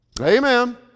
Amen